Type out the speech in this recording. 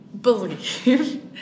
believe